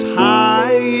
high